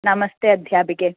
नमस्ते अध्यापिके